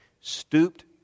stooped